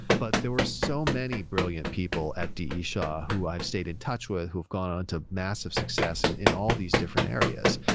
but there were so many brilliant people at d e. shaw who i've stayed in touch with who have gone on to massive success in in all these different areas.